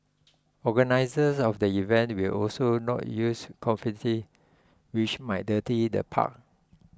organisers of the event will also not use confetti which might dirty the park